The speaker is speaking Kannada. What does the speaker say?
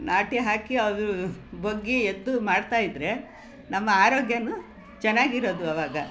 ನಾಟಿ ಹಾಕಿ ಅವರು ಬಗ್ಗಿ ಎದ್ದು ಮಾಡ್ತಾಯಿದ್ದರೆ ನಮ್ಮ ಆರೋಗ್ಯವೂ ಚೆನ್ನಾಗಿರೋದು ಅವಾಗ